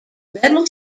medal